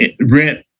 rent